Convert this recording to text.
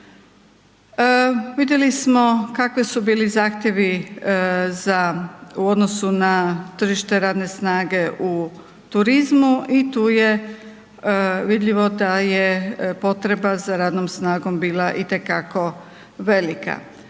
Vidjeli smo kakvi su bili zahtjevi u odnosu na tržište radne snage u turizmu i tu je vidljivo da je potreba za radnom snagom bila itekako velika.